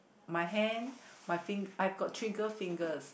my hand my fing~ I got trigger fingers